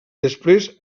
després